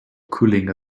cooling